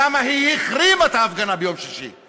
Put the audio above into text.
כי היא החרימה את ההפגנה ביום שישי,